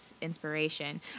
inspiration